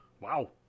Wow